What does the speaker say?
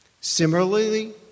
Similarly